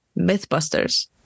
Mythbusters